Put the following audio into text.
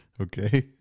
Okay